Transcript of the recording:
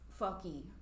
fucky